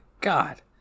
God